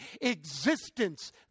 existence